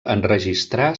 enregistrà